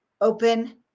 open